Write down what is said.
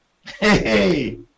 hey